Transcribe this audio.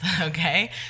okay